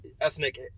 ethnic